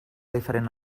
diferent